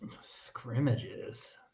Scrimmages